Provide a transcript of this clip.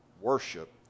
worship